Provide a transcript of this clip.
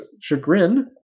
Chagrin